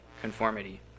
conformity